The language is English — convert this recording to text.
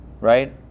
Right